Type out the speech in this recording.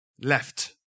left